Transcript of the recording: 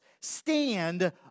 stand